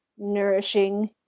nourishing